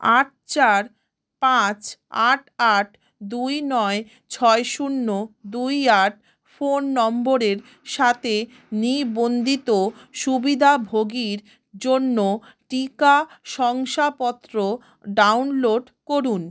আট চার পাঁচ আট আট দুই নয় ছয় শূন্য দুই আট ফোন নম্বরের সাথে নিবন্ধিত সুবিধাভোগীর জন্য টিকা শংসাপত্র ডাউনলোড করুন